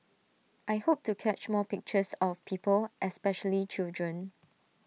I hope to catch more pictures of people especially children